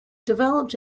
developed